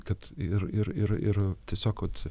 kad ir ir ir ir tiesiog kad